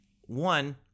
One